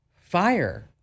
Fire